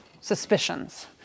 suspicions